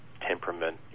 temperament